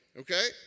okay